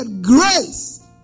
grace